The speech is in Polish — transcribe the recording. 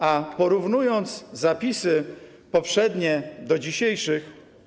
A porównując zapisy poprzednie do dzisiejszych.